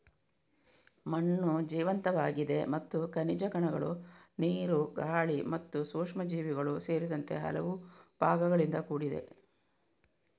ಮಣ್ಣು ಜೀವಂತವಾಗಿದೆ ಮತ್ತು ಖನಿಜ ಕಣಗಳು, ನೀರು, ಗಾಳಿ ಮತ್ತು ಸೂಕ್ಷ್ಮಜೀವಿಗಳು ಸೇರಿದಂತೆ ಹಲವು ಭಾಗಗಳಿಂದ ಕೂಡಿದೆ